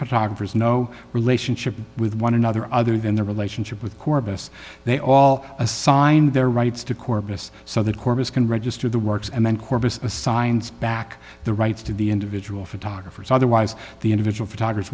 photographers no relationship with one another other than their relationship with corbis they all assigned their rights to corpus so that corpus can register the works and then corpus assigns back the rights to the individual photographers otherwise the individual photograph